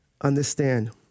understand